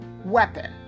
weapon